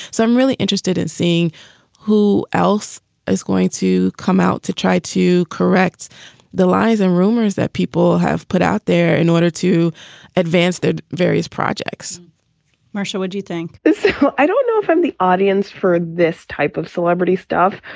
so i'm really interested in seeing who else is going to come out to try to correct the lies and rumors that people have put out there in order to advance the various projects marcia, what do you think? so i don't know from the audience for this type of celebrity stuff,